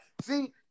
See